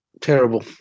Terrible